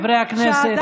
חברי הכנסת,